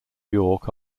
york